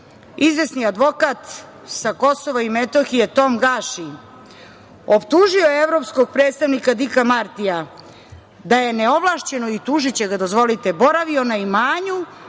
Izvesni advokat sa Kosova i Metohije, Tom Gaši, optužio je evropskog predstavnika Dika Martija da je neovlašćeno, i tužiće ga, dozvolite, boravio na imanju,